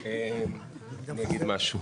אני אגיד משהו.